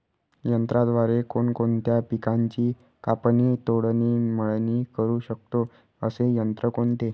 यंत्राद्वारे कोणकोणत्या पिकांची कापणी, तोडणी, मळणी करु शकतो, असे यंत्र कोणते?